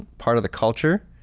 part of the culture,